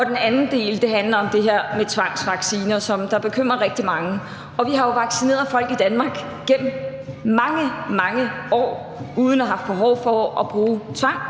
og den anden del handler om det her med tvangsvacciner, som bekymrer rigtig mange. Vi har jo vaccineret folk i Danmark gennem mange, mange år uden at have haft behov for at bruge tvang,